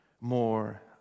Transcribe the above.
more